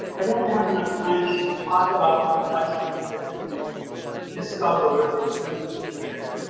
i don't have enough time to talk about the complexities that you you discover in clinical care.